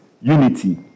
unity